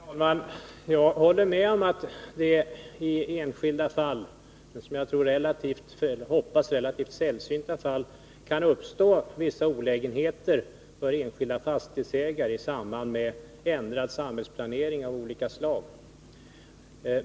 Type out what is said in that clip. Herr talman! Jag håller med om att det i, som jag hoppas, relativt sällsynta enskilda fall kan uppstå vissa olägenheter för enskilda fastighetsägare i samband med ändrad samhällsplanering av olika slag.